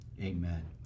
amen